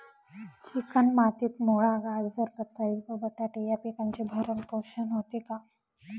Chicken मातीत मुळा, गाजर, रताळी व बटाटे या पिकांचे भरण पोषण होते का?